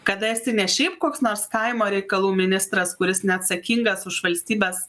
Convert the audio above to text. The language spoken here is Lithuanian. kad esi ne šiaip koks nors kaimo reikalų ministras kuris neatsakingas už valstybės